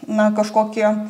na kažkokie